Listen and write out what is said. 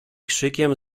krzykiem